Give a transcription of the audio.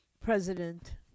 President